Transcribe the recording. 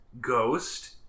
Ghost